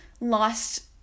lost